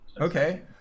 okay